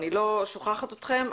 אני לא שוכחת אתכם,